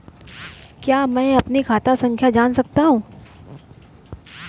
क्या मैं अपनी खाता संख्या जान सकता हूँ?